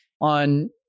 on